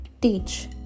teach